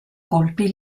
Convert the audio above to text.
colpi